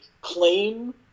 claim